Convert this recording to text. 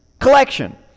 collection